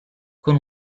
con